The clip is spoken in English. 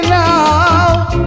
now